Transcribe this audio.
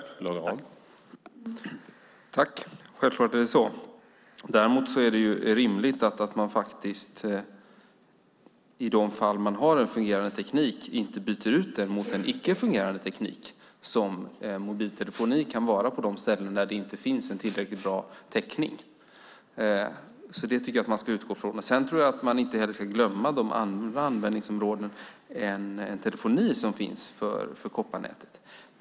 Herr talman! Självklart är det så. Däremot är det rimligt att man i de fall man har en fungerande teknik inte byter ut den mot en icke fungerande teknik, vilket mobiltelefoni kan vara på de ställen där det inte finns en tillräckligt bra täckning. Det tycker jag att man ska utgå från. Man ska inte heller glömma de andra användningsområden, utöver telefoni, som finns för kopparnätet.